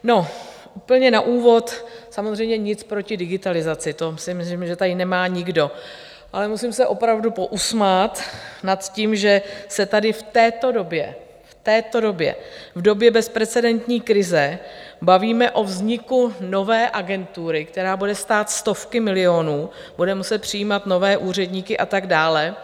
No, úplně na úvod samozřejmě nic proti digitalizaci, to si myslím, že tady nemá nikdo, ale musím se opravdu pousmát nad tím, že se tady, v této době, v době bezprecedentní krize, bavíme o vzniku nové agentury, která bude stát stovky milionů, bude muset přijímat nové úředníky a tak dále.